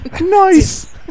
Nice